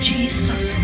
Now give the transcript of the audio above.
Jesus